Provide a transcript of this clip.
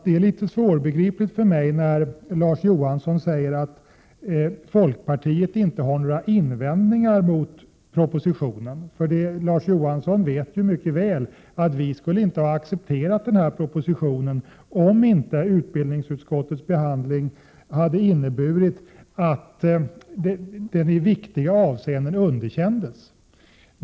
Det är litet svårbegripligt för mig när Larz Johansson säger att folkpartiet inte har några invändningar mot propositionen. Han vet ju mycket väl att vi inte skulle ha accepterat propositionen om inte utbildningsutskottets behandling hade inneburit att den i viktiga avseenden underkändes.